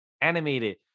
animated